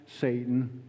Satan